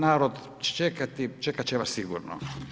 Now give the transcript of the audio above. Narod će čekati, čekati će vas sigurno.